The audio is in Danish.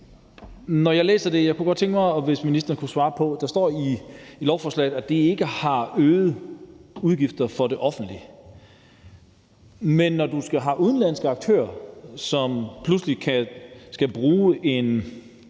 her i salen er. Jeg kunne godt tænke mig, om ministeren kunne svare på noget. Der står i lovforslaget, at det ikke har øgede udgifter for det offentlige, men når du har udenlandske aktører, som pludselig skal bruge et